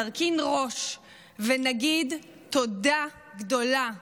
נרכין ראש ונגיד תודה גדולה.